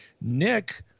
Nick